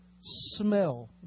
smell